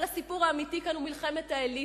אבל הסיפור האמיתי פה הוא מלחמת האליטות.